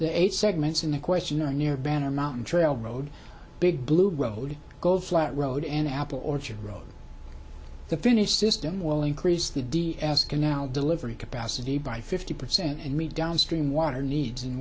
the eight segments in the question are near banner mountain trail road big blue road gold flat road and apple orchard road the finish system will increase the d a s canal delivery capacity by fifty percent and meet downstream water needs in